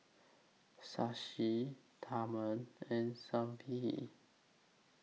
Shashi Tharman and Sanjeev